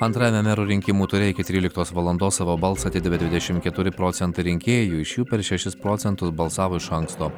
antrajame merų rinkimų ture iki tryliktos valandos savo balsą atidavė dvidešimt keturi procentai rinkėjų iš jų per šešis procentus balsavo iš anksto